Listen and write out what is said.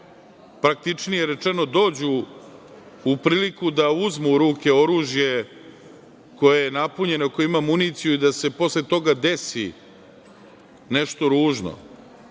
praktičnije rečeno, dođu u priliku da uzmu u ruke oružje koje je napunjeno, koje ima municiju i da se posle toga desi nešto ružno,